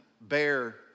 bear